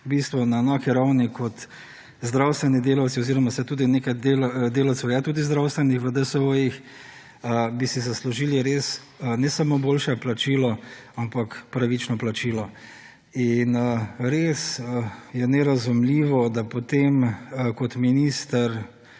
na enaki ravni kot zdravstveni delavci oziroma saj tudi nekaj delavcev je tudi zdravstvenih v DSO-jih bi si zaslužili res ne samo boljše plačilo, ampak pravično plačilo. In res je nerazumljivo, da potem kot minister